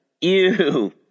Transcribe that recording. Ew